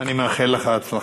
אני מאחל לך הצלחה.